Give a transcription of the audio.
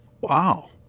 Wow